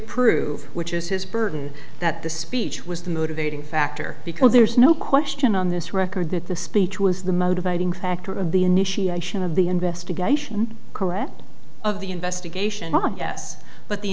prove which is his burden that the speech was the motivating factor because there is no question on this record that the speech was the motivating factor of the initiation of the investigation correct of the investigation yes but the